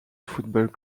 football